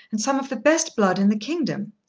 and some of the best blood in the kingdom.